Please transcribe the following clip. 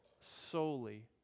solely